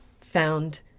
found